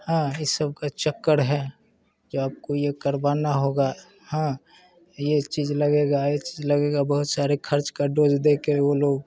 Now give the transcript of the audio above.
हाँ ये सब का चक्कर है तो आपको ये करवाना होगा हाँ ये चीज़ लगेगा ये चीज़ लगेगा बहुत सारे ख़र्च का डोज दे कर वो लोग